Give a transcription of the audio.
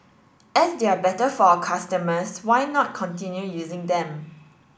as they are better for our customers why not continue using them